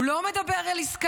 הוא לא מדבר על עסקה,